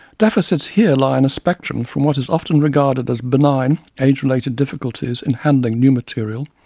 deficits here lie on a spectrum from what is often regarded as benign, age-related difficulties in handling new material,